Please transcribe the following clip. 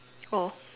oh